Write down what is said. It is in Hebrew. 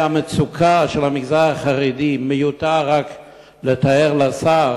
והמצוקה של המגזר החרדי, מיותר לתאר לשר.